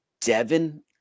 Devin